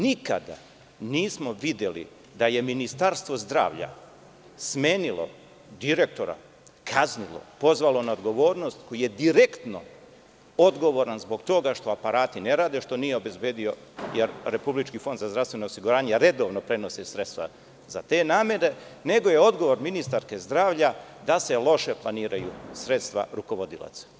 Nikada nismo videli da je Ministarstvo zdravlja smenilo direktora, kaznilo, pozvalo na odgovornost, koji je direktno odgovoran zbog toga što aparati ne rade, što nije obezbedio, jer RFZO redovno prenosi sredstva za te namene, nego je odgovor ministarke zdravlja da se loše planiraju sredstva rukovodilaca.